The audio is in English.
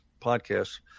podcasts